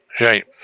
Right